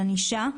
על ענישה.